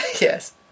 Yes